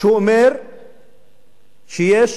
שאומר שיש